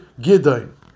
Gideon